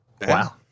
Wow